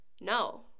No